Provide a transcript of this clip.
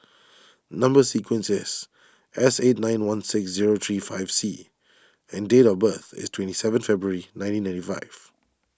Number Sequence is S eight nine one six zero three five C and date of birth is twenty seventh February nineteen ninety five